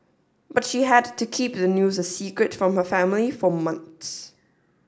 but she had to keep the news a secret from her family for months